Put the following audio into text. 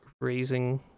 raising